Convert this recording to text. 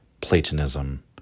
Platonism